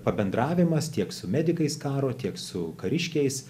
pabendravimas tiek su medikais karo tiek su kariškiais